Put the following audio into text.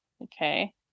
Okay